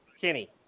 Kinney